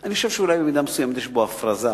שאני חושב שאולי במידה מסוימת יש בו הפרזה,